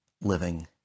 living